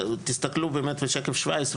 תסתכלו בשקף 17,